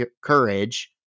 courage